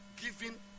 given